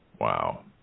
Wow